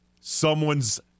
Someone's